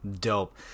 Dope